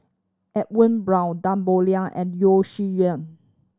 Edwin Brown Tan Boo Liat and Yeo Shih Yun